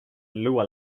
lua